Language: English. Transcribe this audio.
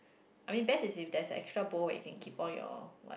I mean best is if there's extra bowl where you can keep all your like